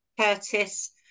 Curtis